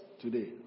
today